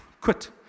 Quit